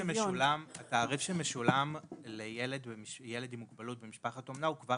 התעריף שמשולם לילד עם מוגבלות במשפחת אומנה הוא כבר